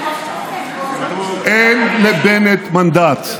אין לבנט מנדט.